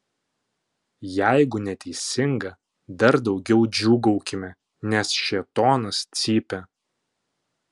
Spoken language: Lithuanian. jeigu neteisinga dar daugiau džiūgaukime nes šėtonas cypia